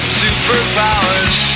superpowers